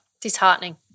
Disheartening